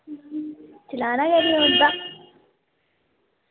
चलाना गै निं औंदा